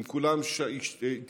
עם כולם התייעצתי,